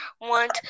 want